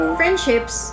friendships